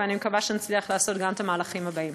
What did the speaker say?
ואני מקווה שנצליח לעשות גם את המהלכים הבאים.